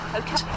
okay